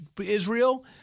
Israel